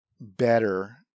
better